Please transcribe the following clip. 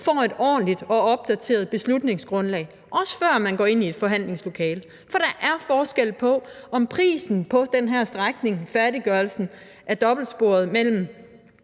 får et ordentligt og opdateret beslutningsgrundlag, også før man går ind i et forhandlingslokale. For der er forskel på, om prisen på den her strækning, færdiggørelsen af dobbeltsporet mellem